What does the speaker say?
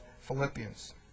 Philippians